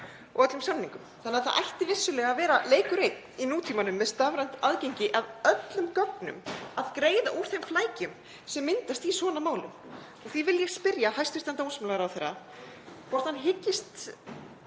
og öllum samningum. Því ætti vissulega að vera leikur einn í nútímanum með stafrænt aðgengi að öllum gögnum að greiða úr þeim flækjum sem myndast í svona málum. Því vil ég spyrja hæstv. dómsmálaráðherra hvort hann hyggist